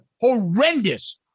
horrendous